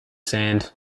sand